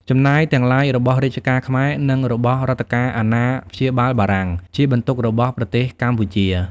ចំណាយទាំងឡាយរបស់រាជការខ្មែរ និងរបស់រដ្ឋការអាណាព្យាបាលបារាំងជាបន្ទុករបស់ប្រទេសកម្ពុជា។